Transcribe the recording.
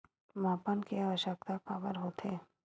मापन के आवश्कता काबर होथे?